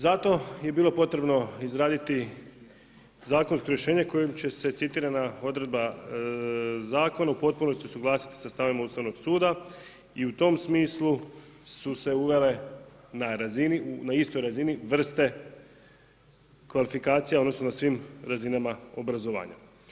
Zato je bilo potrebno izraditi zakonsko rješenje kojim će se citirana odredba zakona u potpunosti usuglasiti sa stavovima Ustavnog suda i u tom smislu su se uvele na razini, na istoj razini, vrste kvalifikacija, odnosno na svim razinama obrazovanja.